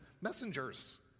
messengers